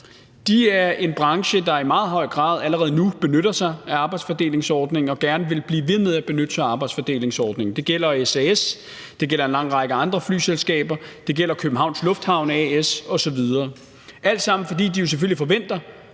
det er en branche, der allerede nu i meget høj grad benytter sig af arbejdsfordelingsordningen og gerne vil blive ved med at benytte sig af arbejdsfordelingsordningen. Det gælder SAS, det gælder en lang række andre flyselskaber, det gælder Københavns Lufthavne A/S osv., og det er alt sammen, fordi de jo selvfølgelig forventer,